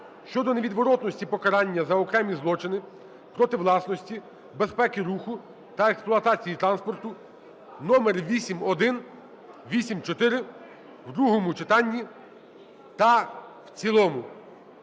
щодо невідворотності покарання за окремі злочини проти власності, безпеки руху та експлуатації транспорту (№8184) в другому читанні та в цілому.